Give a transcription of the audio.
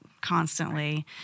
constantly